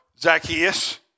Zacchaeus